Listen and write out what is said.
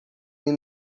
hino